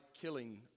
killing